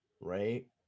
Right